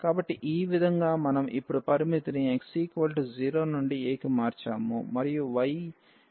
కాబట్టి ఈ విధంగా మనం ఇప్పుడు పరిమితిని x 0 నుండి a కి మార్చాము మరియు y ఈ 0 నుండి x కి వెళుతుంది